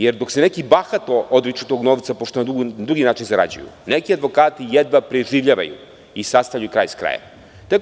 Jer, dok se neki bahato odriču tog novca pošto zarađuju na drugi način, neki advokati jedva preživljavaju i sastavljaju kraj s krajem.